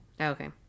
Okay